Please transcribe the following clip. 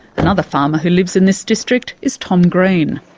another farmer who lives in this district is tom green.